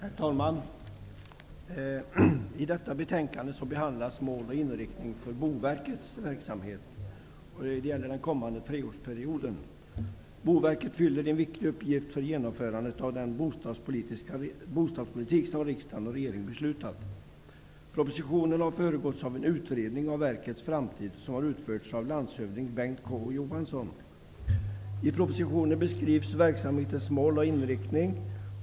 Herr talman! I detta betänkande behandlas mål och inriktning för Boverkets verksamhet för den kommande treårsperioden. Boverket fyller en viktig uppgift för genomförandet av den bostadspolitik som riksdag och regering har beslutat. Propositionen har föregåtts av en utredning om verkets framtid, som har utförts av landshövding Bengt K Å Johansson. I propositionen beskrivs verksamhetens mål och inriktning.